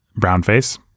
brownface